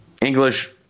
English